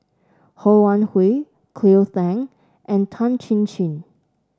Ho Wan Hui Cleo Thang and Tan Chin Chin